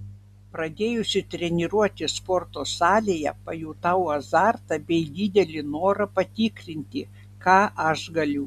pradėjusi treniruotis sporto salėje pajutau azartą bei didelį norą patikrinti ką aš galiu